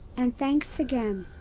and thanks again,